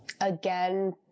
again